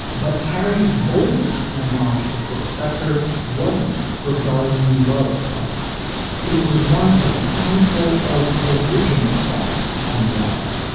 but karis bulldust marsh to phil spector wasn't her. darlene love. cover it was one of the handful of original songs on the album,